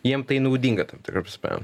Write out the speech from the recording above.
jiem tai naudinga tam tikra prasme